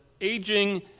aging